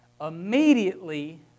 Immediately